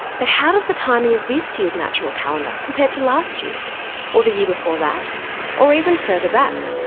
but how does the timing of this year's natural calendar compare to last year's or the year before that or even further back?